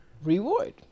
reward